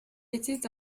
était